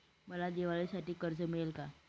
मला दिवाळीसाठी कर्ज मिळेल का?